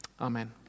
amen